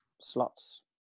slots